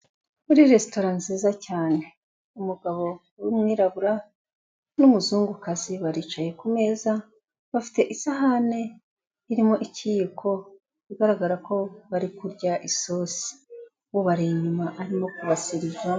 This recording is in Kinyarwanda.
Muri resitora nziza cyane, umugabo w'umwirabura, n'umuzungukazi baricaye kumeza, bafite isahane irimo ikiyiko, bigaragara ko bari kurya isosi, ubari inyuma arimo kubaseriva.